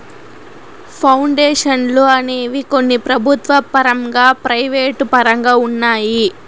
పౌండేషన్లు అనేవి కొన్ని ప్రభుత్వ పరంగా ప్రైవేటు పరంగా ఉన్నాయి